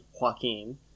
Joaquin